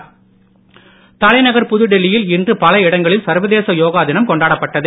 யோகா டெல்லி தலைநகர் புதுடெல்லியில் இன்று பல இடங்களில் சர்வதேச யோகா தினம் கொண்டாடப்பட்டது